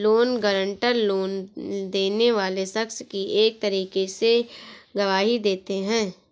loan guarantor, loan लेने वाले शख्स की एक तरीके से गवाही देते हैं